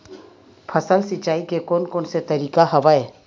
फसल सिंचाई के कोन कोन से तरीका हवय?